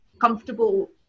comfortable